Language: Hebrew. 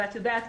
ואת יודעת,